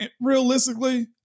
realistically